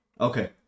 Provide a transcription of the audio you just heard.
Okay